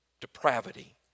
depravity